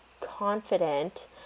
confident